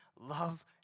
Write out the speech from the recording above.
love